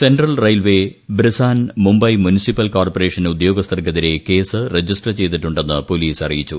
central railway ബ്രിസാൻ Mumbai municipal corporation ഉദ്യോഗസ്ഥർക്കെതിരെ case register ചെയ്തിട്ടുണ്ടെന്ന് പോലീസ് അറിയിച്ചു